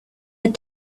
had